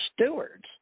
stewards